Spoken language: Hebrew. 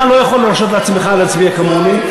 אז אתה לא יכול להרשות לעצמך להצביע כמוני.